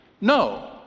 No